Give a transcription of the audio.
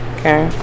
Okay